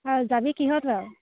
আৰু যাবি কিহত বাৰু